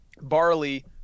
barley